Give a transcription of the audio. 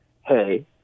hey